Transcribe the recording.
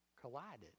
collided